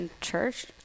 church